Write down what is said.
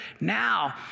Now